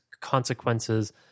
consequences